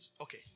Okay